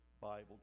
Bible